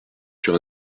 sur